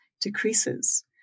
decreases